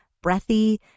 breathy